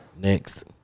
Next